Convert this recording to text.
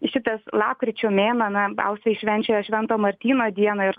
šitas lapkričio mėnuo na austrai švenčia švento martyno dieną ir